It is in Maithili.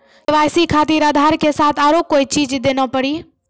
के.वाई.सी खातिर आधार के साथ औरों कोई चीज देना पड़ी?